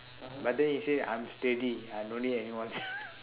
but then he say i'm steady I don't need anyone